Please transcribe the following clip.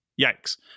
Yikes